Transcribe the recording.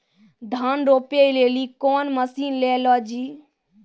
धान रोपे लिली कौन मसीन ले लो जी?